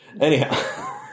anyhow